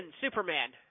Superman